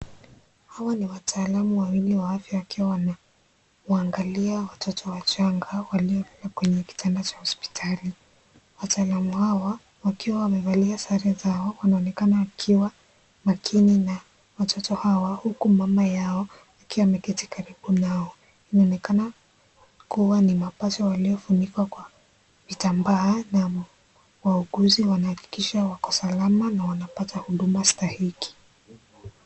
Hawa ni wataalamu wawili wa afya wakiwa wanamwangalia watoto wachanga, waliolala kwenye kitanda cha hospitali. Wataalamu hawa, wakiwa wamevalia sare zao, wanaonekana wakiwa makini na watoto hawa, huku mama yao akiwa ameketi karibu nao. Inaonekana kuwa ni mapacha waliyofunikwa kwa vitambaa na wauguzi wanahakikisha wako salama na wanapata huduma stahiki.